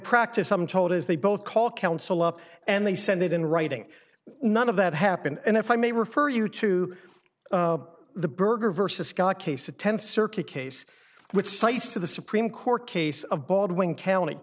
practice i'm told as they both call counsel up and they send it in writing none of that happened and if i may refer you to the burger versus scott case the tenth circuit case which cites to the supreme court case of baldwin county